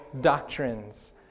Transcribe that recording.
doctrines